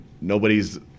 nobody's